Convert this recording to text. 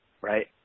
Right